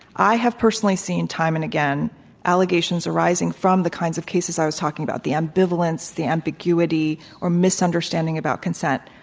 i have personally seen time and again allegations arising from the kinds of cases i was talking about, the ambivalence, the ambiguity, or misunderstanding about consent.